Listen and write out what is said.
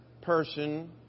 person